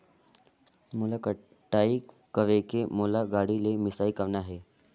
मोला कटाई करेके मोला गाड़ी ले मिसाई करना हे?